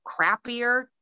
crappier